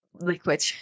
liquid